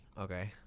Okay